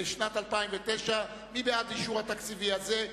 לשנת 2009. מי בעד אישור התקציב הזה?